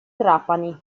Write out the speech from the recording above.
trapani